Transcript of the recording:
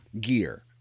gear